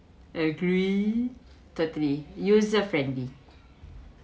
I agree totally user friendly